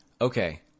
Okay